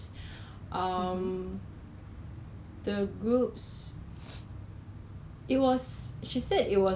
then I see I think they're selling for one dollar 一个 they sell Dove like you know the Dove bath